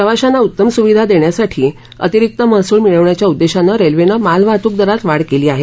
प्रवाश्यांना उत्तम सुविधा देण्यासाठी अतिरिक्त महसुल मिळवण्याच्या उद्देशान रेल्वेनं मालवाहतूक दरात वाढ केली आहे